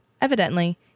Evidently